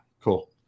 cool